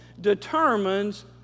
determines